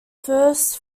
first